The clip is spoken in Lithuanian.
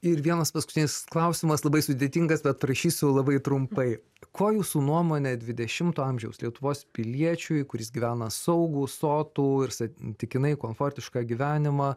ir vienas paskutinis klausimas labai sudėtingas bet parašysiu labai trumpai ko jūsų nuomone dvidešimto amžiaus lietuvos piliečiui kuris gyvena saugų sotų ir santykinai komfortišką gyvenimą